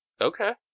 Okay